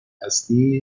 هستی